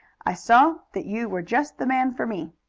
i saw that you were just the man for me.